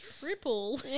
triple